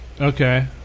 Okay